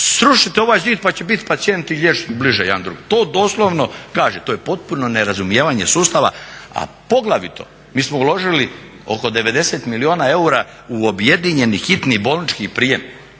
Srušite ovaj zid pa će biti pacijent i liječnik bliže jedan drugome, to doslovno kaže. To je potpuno nerazumijevanje sustava, a poglavito mi smo uložili oko 90 milijuna eura u objedinjeni hitni bolnički prijem,